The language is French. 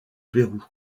pérou